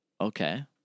Okay